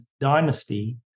dynasty